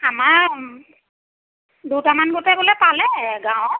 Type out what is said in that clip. আমাৰ দুটামান গোটে বোলে পালে গাঁৱৰ